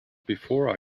before